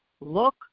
look